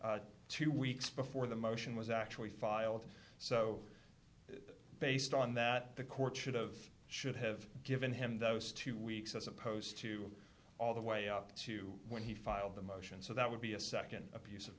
plea two weeks before the motion was actually filed so based on that the court should've should have given him those two weeks as opposed to all the way up to when he filed the motion so that would be a